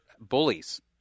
bullies